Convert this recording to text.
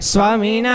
Swami